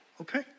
Okay